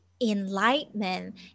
enlightenment